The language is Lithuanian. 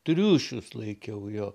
triušius laikiau jo